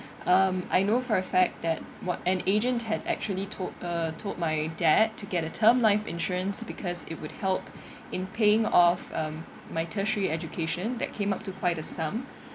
um I know for a fact that what an agent had actually told uh told my dad to get a term life insurance because it would help in paying off um my tertiary education that came up to quite a sum